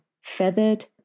feathered